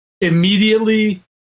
immediately